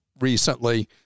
recently